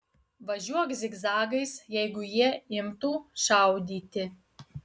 važiuok zigzagais jeigu jie imtų šaudyti